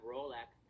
Rolex